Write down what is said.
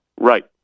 Right